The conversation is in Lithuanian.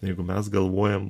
jeigu mes galvojam